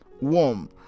warm